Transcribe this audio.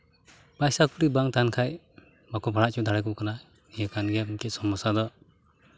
ᱯᱟᱭᱥᱟ ᱠᱩᱲᱤ ᱵᱟᱝ ᱛᱟᱦᱮᱱ ᱠᱷᱟᱡ ᱵᱟᱠᱚ ᱯᱟᱲᱟᱣ ᱦᱚᱪᱚ ᱫᱟᱲᱮᱭᱟᱠᱚ ᱠᱟᱱᱟ ᱱᱤᱭᱟᱹ ᱠᱟᱱ ᱜᱮᱭᱟ ᱢᱤᱫᱴᱤᱡ ᱥᱚᱢᱚᱥᱥᱟ ᱫᱚ